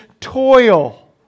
toil